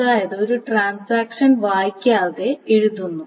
അതായത് ഒരു ട്രാൻസാക്ഷൻ വായിക്കാതെ എഴുതുന്നു